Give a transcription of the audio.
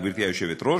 גברתי היושבת-ראש,